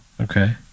okay